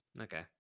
Okay